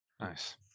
Nice